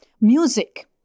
music